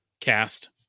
cast